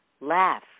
Laugh